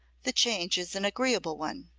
the change is an agreeable one.